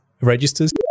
registers